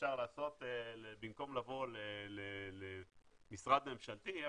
במקום לבוא למשרד ממשלתי,